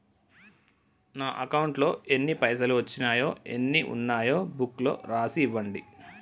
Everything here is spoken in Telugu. నా అకౌంట్లో ఎన్ని పైసలు వచ్చినాయో ఎన్ని ఉన్నాయో బుక్ లో రాసి ఇవ్వండి?